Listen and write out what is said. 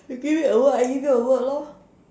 you give me a word I give you a word lor